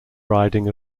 riding